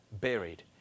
buried